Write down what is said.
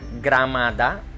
Gramada